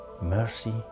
mercy